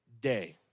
day